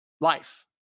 life